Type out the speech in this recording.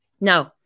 No